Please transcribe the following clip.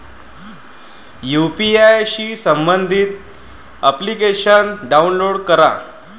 UPI शी संबंधित application download करा